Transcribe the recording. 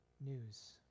news